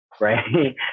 right